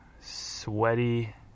sweaty